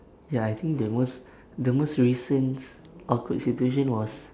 ya I think the most the most recent awkward situation was